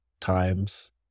times